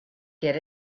get